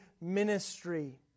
ministry